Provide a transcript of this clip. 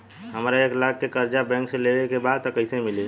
हमरा एक लाख के कर्जा बैंक से लेवे के बा त कईसे मिली?